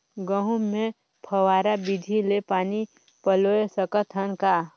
गहूं मे फव्वारा विधि ले पानी पलोय सकत हन का?